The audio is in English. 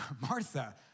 Martha